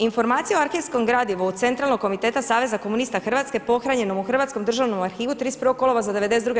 Informacija o arhivskom gradivu Centralnog komiteta Saveza komunista Hrvatske pohranjenom u Hrvatskom državnom arhivu 31. kolovoza '92.